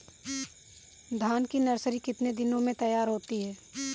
धान की नर्सरी कितने दिनों में तैयार होती है?